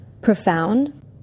profound